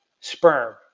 sperm